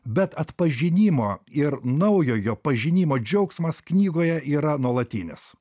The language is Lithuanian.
bet atpažinimo ir naujojo pažinimo džiaugsmas knygoje yra nuolatinis